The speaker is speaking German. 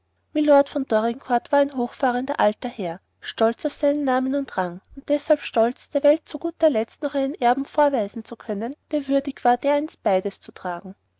mylord von dorincourt war ein hochfahrender alter herr stolz auf seinen namen und rang und deshalb stolz der welt zu guter letzt noch einen erben vorweisen zu können der würdig war dereinst beides zu tragen